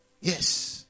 Yes